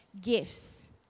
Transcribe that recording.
gifts